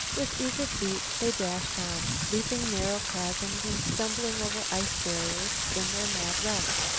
with eager feet they dashed on, leaping narrow chasms and stumbling over ice barriers in their mad rush.